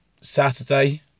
Saturday